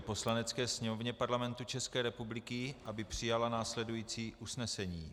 Poslanecké sněmovně Parlamentu České republiky, aby přijala následující usnesení: